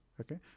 Okay